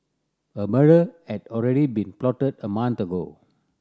a murder had already been plotted a month ago